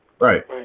Right